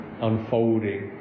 unfolding